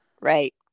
Right